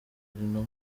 intumwa